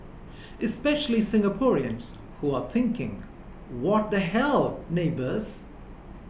especially Singaporeans who are thinking what the hell neighbours